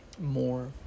more